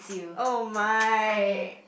oh my